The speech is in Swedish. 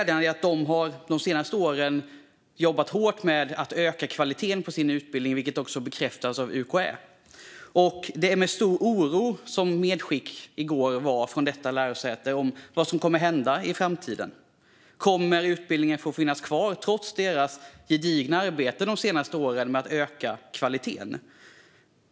De har jobbat hårt med att öka kvaliteten på sin utbildning de senaste åren, vilket UKÄ glädjande nog bekräftar att de har gjort. Medskicket från detta lärosäte var stor oro om vad som kommer att hända i framtiden. Kommer utbildningen inte att få finnas kvar trots deras gedigna arbete de senaste åren med att öka kvaliteten?